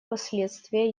последствия